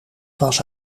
was